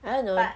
I don't know